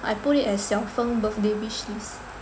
I put it as Xiao Feng birthday wishlist